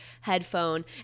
headphone